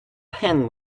pin